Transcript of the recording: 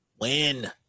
Win